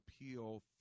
appeal